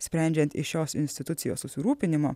sprendžiant iš šios institucijos susirūpinimo